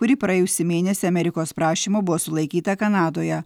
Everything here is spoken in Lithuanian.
kuri praėjusį mėnesį amerikos prašymu buvo sulaikyta kanadoje